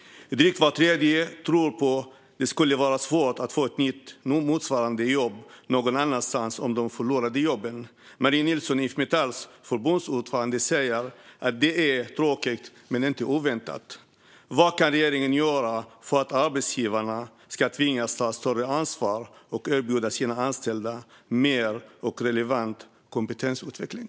Drygt var tredje tror att det skulle vara svårt att få ett nytt motsvarande jobb någon annanstans om de skulle förlora jobbet. Marie Nilsson, IF Metalls förbundsordförande, säger att detta är tråkigt men inte oväntat. Vad kan regeringen göra för att arbetsgivarna ska tvingas ta större ansvar och erbjuda sina anställda mer och relevant kompetensutveckling?